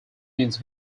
means